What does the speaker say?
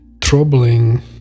troubling